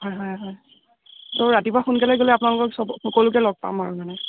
হয় হয় হয় চ' ৰাতিপুৱা সোনকালে গ'লে আপোনালোক চব সকলোকে লগ পাম আৰু মানে